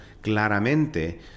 claramente